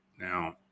Now